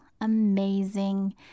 amazing